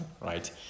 right